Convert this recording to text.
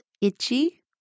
itchy